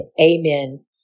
amen